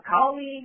colleague